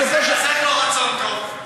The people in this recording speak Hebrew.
אז איפה רצון טוב?